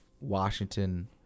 Washington